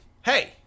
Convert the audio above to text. Hey